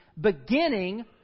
beginning